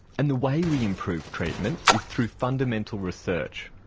and the way we improve treatment is through fundamental research.